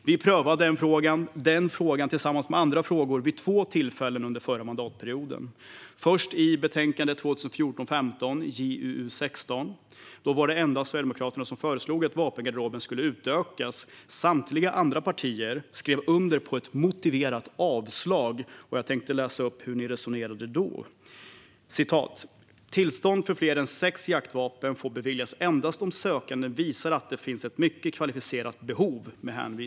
Vi prövade frågan tillsammans med andra frågor vid två tillfällen under förra mandatperioden. Först skedde det i betänkande 2014/15:JuU16. Då var det endast Sverigedemokraterna som föreslog att vapengarderoben skulle utökas. Samtliga andra partier skrev under på ett motiverat avslag, och jag tänkte läsa upp hur de då resonerade. "Tillstånd till fler än sex jaktvapen får beviljas endast om sökanden visar att det finns ett mycket kvalificerat behov .